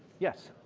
yes? i